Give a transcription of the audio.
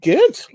Good